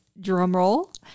drumroll